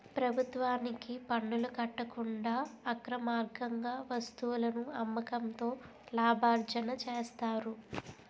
ప్రభుత్వానికి పనులు కట్టకుండా అక్రమార్గంగా వస్తువులను అమ్మకంతో లాభార్జన చేస్తారు